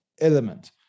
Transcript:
element